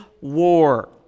War